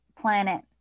planet